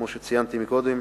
כמו שציינתי קודם,